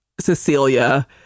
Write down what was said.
Cecilia